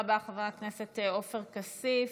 תודה רבה, חבר הכנסת עופר כסיף.